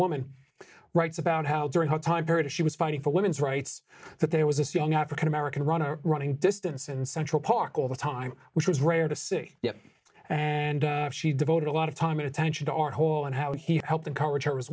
woman writes about how during the time period she was fighting for women's rights that there was this young african american runner running distance in central park all the time which was rare to see and she devoted a lot of time and attention to our whole and how he helped encourage her as